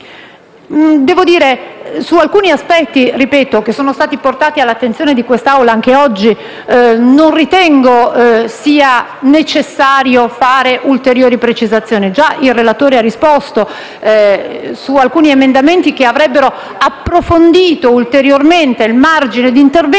Devo dire che su alcuni aspetti che sono stati portati all'attenzione di questa Assemblea anche oggi non ritengo sia necessario fare ulteriori precisazioni, perché già il relatore ha risposto su alcuni emendamenti che avrebbero approfondito ulteriormente il margine d'intervento